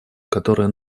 которое